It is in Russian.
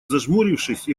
зажмурившись